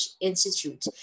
institute